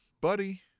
buddy